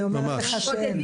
אני אומרת לך שאין,